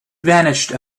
vanished